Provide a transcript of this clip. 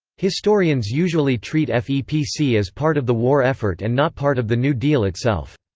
historians usually treat fepc as part of the war effort and not part of the new deal itself.